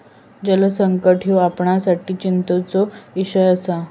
जलसंकट ह्यो आपणासाठी चिंतेचो इषय आसा